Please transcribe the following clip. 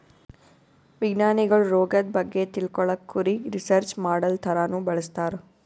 ವಿಜ್ಞಾನಿಗೊಳ್ ರೋಗದ್ ಬಗ್ಗೆ ತಿಳ್ಕೊಳಕ್ಕ್ ಕುರಿಗ್ ರಿಸರ್ಚ್ ಮಾಡಲ್ ಥರಾನೂ ಬಳಸ್ತಾರ್